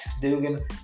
Dugan